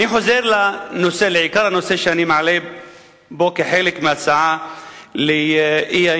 אני חוזר לעיקר הנושא שאני מעלה פה כחלק מההצעה לאי-אמון,